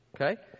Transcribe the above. Okay